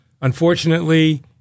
unfortunately